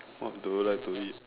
what do you like to eat